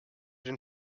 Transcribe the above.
den